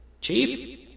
Chief